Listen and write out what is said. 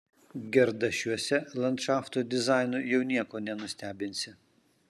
gerdašiuose landšafto dizainu jau nieko nenustebinsi